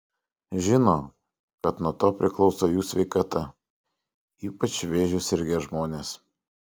žino kad nuo to priklauso jų sveikata ypač vėžiu sirgę žmonės